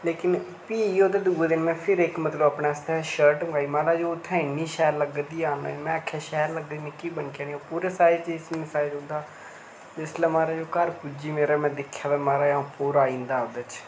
लेकिन फ्ही ओह्दे दूऐ दिन मैं फिर इक अपने आस्तै इक शर्ट मंगाई महाराज ओह् उत्थें इन्नी शैल लग्गे दी आनलाइन में आक्खेआ शैल लग्गनी मिगी बनकी जानी ते ओह् पूरे साईज़ कीता जेह्ड़ा मिगी पूरा औंदा हा ते जिसलै महाराज ओह् घर पुज्जी मेरे ते में दिक्खेआ ते महाराज ते अ'ऊं च पूरा आई जंदा हा ओह्दे च